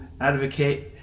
advocate